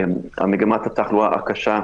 מגמת התחלואה הקשה עולה,